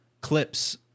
clips